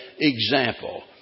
example